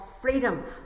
freedom